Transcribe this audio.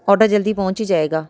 order ਜਲਦੀ ਪਹੁੰਚ ਹੀ ਜਾਵੇਗਾ